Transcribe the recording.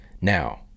Now